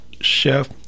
Chef